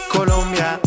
Colombia